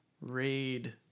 raid